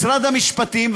משרד המשפטים,